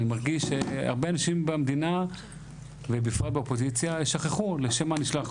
אני מרגיש שהרבה אנשים במדינה ובפרט באופוזיציה שכחו לשם מה נשלחנו.